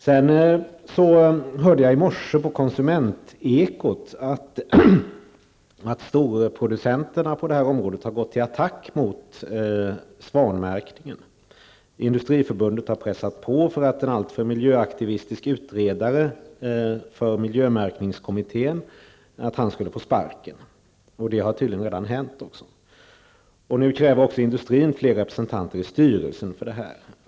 Jag hörde i morse på Konsumentekot i radio att storproducenter på det här området har gått till attack mot svanmärkningen. Industriförbundet har pressat på för att den alltför miljöaktivistiske utredaren i miljömärkningskommittén skulle få sparken. Det har tydligen redan skett. Nu kräver även industrin flera representanter i styrelsen för det här.